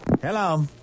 Hello